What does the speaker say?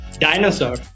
dinosaur